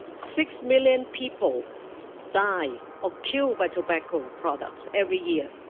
six million people die, are killed by tobacco products every year.